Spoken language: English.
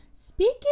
Speaking